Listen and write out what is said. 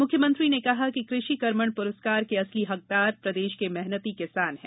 मुख्यमंत्री ने कहा कि कृषि कर्मण पुरस्कार के असली हकदार प्रदेश के मेहनती किसान हैं